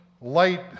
light